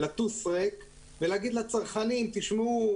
לטוס ריק ולהגיד לצרכנים: תשמעו,